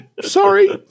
sorry